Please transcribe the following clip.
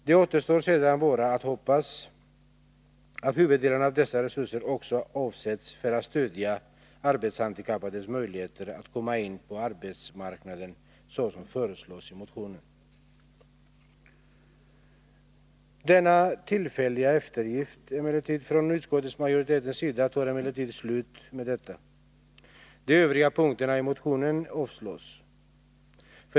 Det återstår sedan bara att hoppas att huvuddelen av dessa resurser också avsätts för att stödja arbetshandikappades möjligheter att komma in på arbetsmarknaden, såsom föreslås i motionen. Den tillfälliga eftergiften från utskottsmajoritetens sida tar emellertid slut med detta. De övriga punkterna i motionen avstyrks.